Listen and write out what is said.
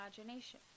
imagination